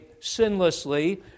sinlessly